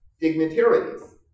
dignitaries